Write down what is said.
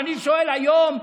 ואני שואל היום,